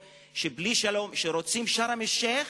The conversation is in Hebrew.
שרוצים את שארם-א-שיח'